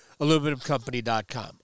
Aluminumcompany.com